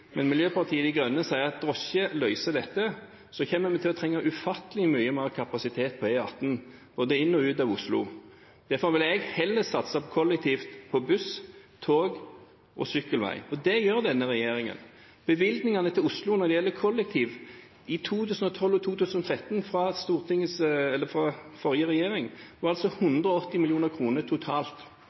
men Miljøpartiet De Grønne sier at drosje løser dette, så kommer vi til å trenge ufattelig mye mer kapasitet på E18 både inn til og ut av Oslo. Derfor vil jeg heller satse på kollektivt, på buss, tog og sykkelvei. Og det gjør denne regjeringen. Bevilgningene fra forrige regjering til Oslo når det gjaldt kollektivt i 2012 og 2013,